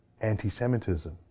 anti-Semitism